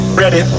ready